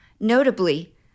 Notably